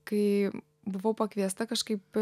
kai buvau pakviesta kažkaip